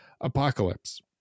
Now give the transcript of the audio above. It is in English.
Apocalypse